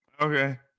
Okay